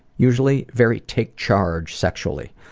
usually very take charge, sexually.